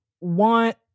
want